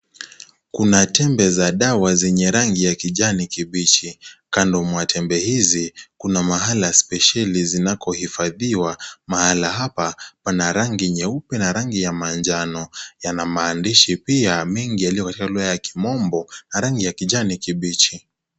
Kuna tembe za dawa zenye rangi ya kijani kibichi, kando mwa tembe hizi kuna mahala spesheli zinakohifadhiwa mahala hapa pana rangi nyeupe na rangi ya manjano, yana maandishi pia mingi yaliyo katika lugha ya kimombo ya rangi ya kijani kibichi.